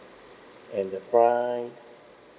and the price